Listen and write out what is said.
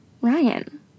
Ryan